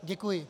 Děkuji.